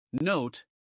Note